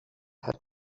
had